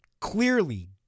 clearly